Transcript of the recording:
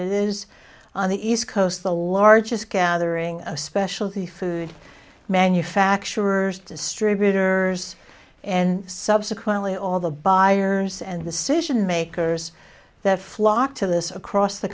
it is on the east coast the largest gathering of specialty food manufacturers distributor and subsequently all the buyers and the situation makers that flock to this across the